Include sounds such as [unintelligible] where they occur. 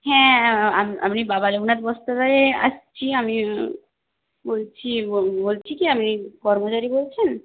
হ্যাঁ [unintelligible] বাবা লোকনাথ বস্ত্রালয়ে আসছি আমি বলছি বলছি কি আপনি কর্মচারী বলছেন